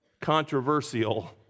controversial